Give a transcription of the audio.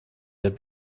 that